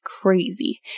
Crazy